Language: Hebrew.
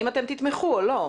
האם אתם תתמכו או לא?